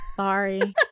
sorry